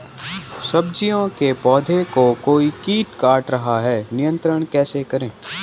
सब्जियों के पौधें को कोई कीट काट रहा है नियंत्रण कैसे करें?